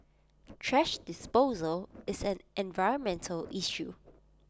thrash disposal is an environmental issue